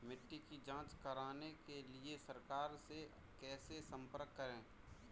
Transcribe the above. मिट्टी की जांच कराने के लिए सरकार से कैसे संपर्क करें?